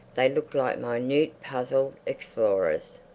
they looked like minute puzzled explorers.